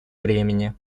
времени